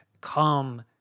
come